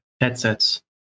headsets